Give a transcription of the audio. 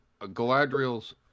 Galadriel's